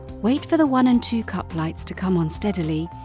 wait for the one and two cup lights to come on steadily,